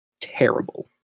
terrible